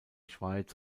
schweiz